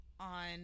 on